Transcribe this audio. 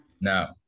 no